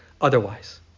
otherwise